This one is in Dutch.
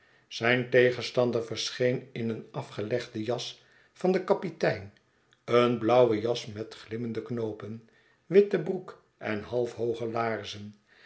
zijn tegenstander verscheen in een afgelegde jas van den kapitein een blauwe jas met glimmende knoopen witte broek en halfhooge laarzen